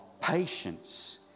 patience